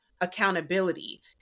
accountability